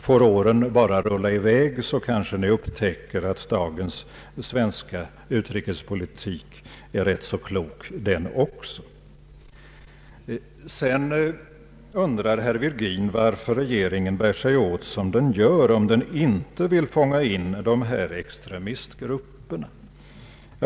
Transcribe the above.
Får åren bara rulla i väg, så kanske vi upptäcker att dagens svenska utrikespolitik är rätt klok den också. Sedan undrar herr Virgin varför regeringen bär sig åt som den gör, om den inte vill fånga in extremistgrup perna.